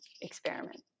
experiment